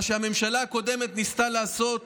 מה שהממשלה הקודמת ניסתה לעשות